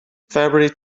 february